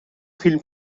فیلم